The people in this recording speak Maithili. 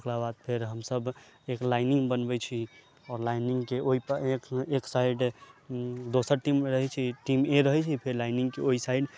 ओकराबाद फेर हमसब एक लाइनिंग बनबै छी आओर लाइनिंग के ओहि एक साइड दोसर टीम भऽ जाइ छै टीम ए रहै छै फेर लाइनिंग के ओहि साइड